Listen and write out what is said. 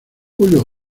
julio